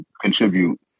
contribute